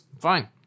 fine